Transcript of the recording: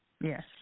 yes